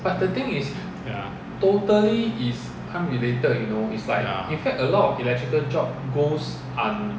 ya ya